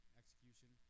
execution